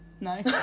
No